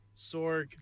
Sorg